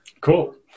cool